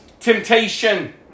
Temptation